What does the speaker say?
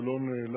זה לא נעלם.